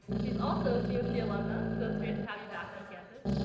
she's also a cmc alumna, so it's great to have you back on campus.